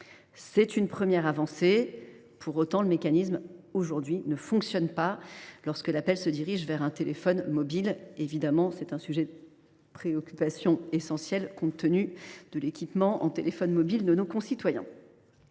C’est une première avancée. Pour autant, le mécanisme ne fonctionne pas lorsque l’appel se dirige vers un téléphone mobile. C’est bien évidemment un sujet de préoccupation essentielle compte tenu de l’équipement en téléphones mobiles de nos concitoyens…